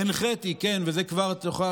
הנחיתי, ופה,